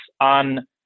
on